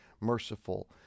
merciful